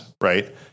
right